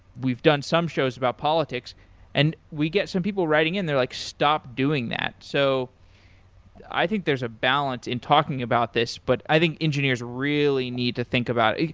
we've done some shows about politics and we get some people writing in, they're like, stop doing that. so i think there's a balance in talking about this, but i think engineers really need to think about it,